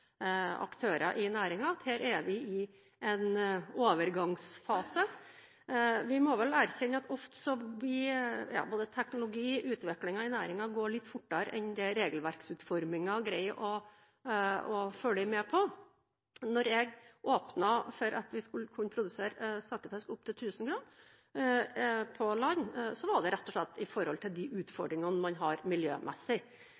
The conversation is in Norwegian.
aktører i næringen. Her er vi i en overgangsfase. Vi må vel erkjenne at teknologi og utvikling i næringen ofte går litt fortere enn det regelverksutformingen greier å følge med på. Da jeg åpnet for at vi skulle kunne produsere settefisk opp til 1 000 gram på land, var det rett og slett med tanke på de